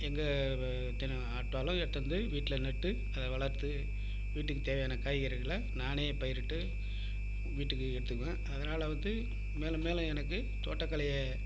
எங்கே ஆப்ட்டாலும் எடுத்து வந்து வீட்டில் நட்டு அதை வளர்த்து வீட்டுக்கு தேவையான காய்கறிகளை நானே பயிரிட்டு வீட்டுக்கு எடுத்துப்பேன் அதனாலே வந்து மேலே மேலே எனக்கு தோட்டக்கலையை